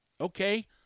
Okay